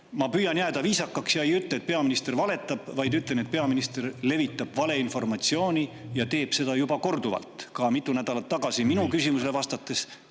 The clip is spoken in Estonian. Ma püüan jääda viisakaks ja ei ütle, et peaminister valetab, vaid ütlen, et peaminister levitab valeinformatsiooni ja teeb seda juba korduvalt, ka mitu nädalat tagasi minu küsimusele vastates